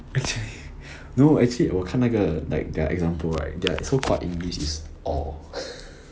actually no actually 我看那个 like their example right their like so called english is orh